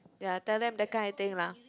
ya tell them that kind of thing lah